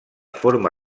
forma